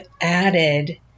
added